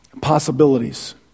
possibilities